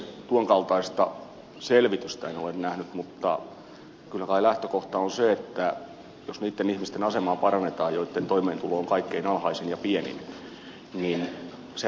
tuon kaltaista selvitystä en ole nähnyt mutta kyllä kai lähtökohta on se että jos niitten ihmisten asemaa parannetaan joitten toimeentulo on kaikkein alhaisin ja pienin niin se auttaa heitä